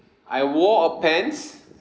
I wore a pants